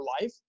life